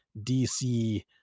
DC